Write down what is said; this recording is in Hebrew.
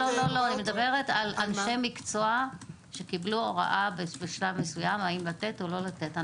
אני מדברת על אנשי מקצוע שקיבלו הוראה בשלב מסוים האם לתת או לא לתת.